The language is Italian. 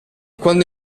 quando